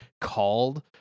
called